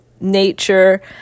nature